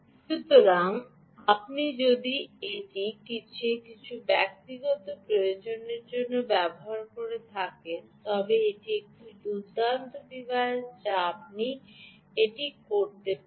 সুতরাং আপনি যদি এটি নিজের কিছু ব্যক্তিগত প্রয়োজনের জন্য ব্যবহার করে থাকেন তবে এটি একটি দুর্দান্ত ডিভাইস যা আপনি এটি করতে পারেন